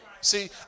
See